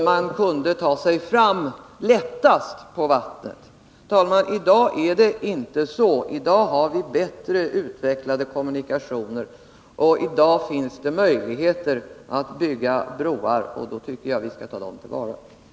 Man kunde ta sig fram lättast på vattnet. Herr talman! I dag är det inte så. I dag har vi bättre utvecklade kommunikationer, och i dag finns det möjligheter att bygga broar. Då tycker jag att vi skall ta till vara dessa möjligheter.